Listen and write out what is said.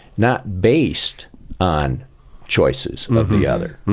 not based on choices of the other.